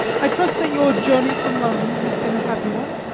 i trust that your journey from london has been a happy one,